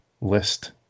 list